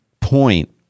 point